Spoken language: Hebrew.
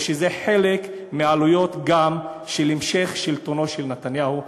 או שזה גם כן חלק מהעלויות של המשך שלטונו של נתניהו,